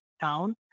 town